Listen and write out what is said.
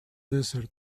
desert